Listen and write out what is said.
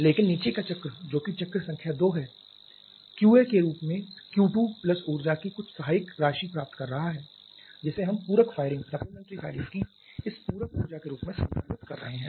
लेकिन नीचे का चक्र जो कि चक्र संख्या 2 है QA के रूप में Q2 प्लस ऊर्जा की कुछ सहायक राशि प्राप्त कर रहा है जिसे हम पूरक फायरिंग की इस पूरक ऊर्जा के रूप में संदर्भित कर रहे हैं